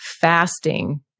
fasting